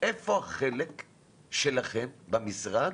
איפה החלק שלכם במשרד,